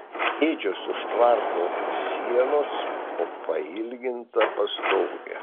ėdžios už tvarto sienos po pailginta pastoge